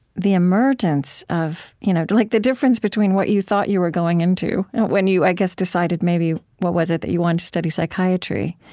the emergence of you know like the difference between what you thought you were going into when you, i guess, decided, maybe what was it? that you wanted to study psychiatry,